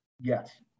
yes